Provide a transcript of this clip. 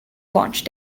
launch